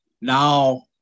Now